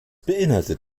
beinhaltet